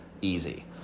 Easy